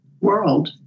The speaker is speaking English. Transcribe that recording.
world